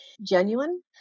genuine